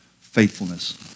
faithfulness